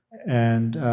and